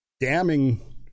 damning